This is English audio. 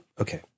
Okay